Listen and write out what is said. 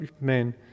men